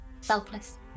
selfless